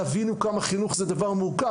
תבינו כמה חינוך זה דבר מורכב,